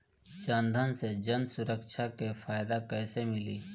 जनधन से जन सुरक्षा के फायदा कैसे मिली?